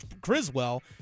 Criswell